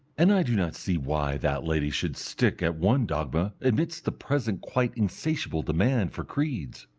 and i do not see why that lady should stick at one dogma amidst the present quite insatiable demand for creeds.